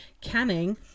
canning